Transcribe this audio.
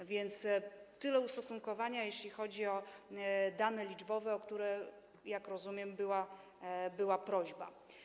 A więc tyle ustosunkowania się, jeśli chodzi o dane liczbowe, o które, jak rozumiem, była prośba.